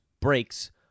breaks